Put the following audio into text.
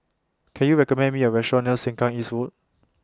Can YOU recommend Me A Restaurant near Sengkang East Road